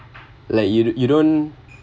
like you you don’t